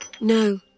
No